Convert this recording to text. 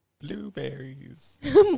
Blueberries